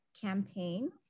campaign